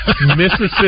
Mississippi